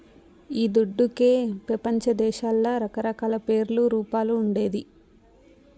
ఈ దుడ్డుకే పెపంచదేశాల్ల రకరకాల పేర్లు, రూపాలు ఉండేది